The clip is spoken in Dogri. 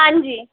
हां जी